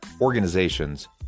organizations